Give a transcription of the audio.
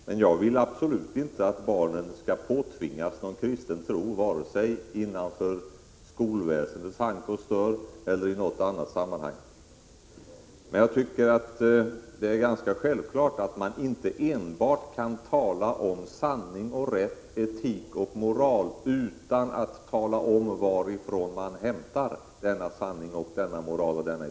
Men jag vill absolut inte att barnen skall påtvingas någon kristen tro, vare sig inom skolväsendets hank och stör eller i något annat sammanhang. Jag tycker dock att det är ganska självklart att man inte kan tala om sanning och rätt eller om etik och moral utan att tala om varifrån man hämtar denna rätt, sanning, moral och etik.